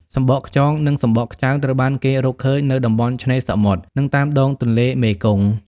សំបកខ្យង និងសំបកខ្ចៅត្រូវបានគេរកឃើញនៅតំបន់ឆ្នេរសមុទ្រ និងតាមដងទន្លេមេគង្គ។